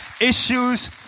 issues